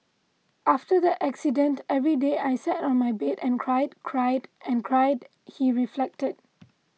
after the accident every day I sat on my bed and cried cried and cried he reflected